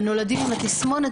מהנולדים עם התסמונת,